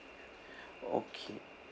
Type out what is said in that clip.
okay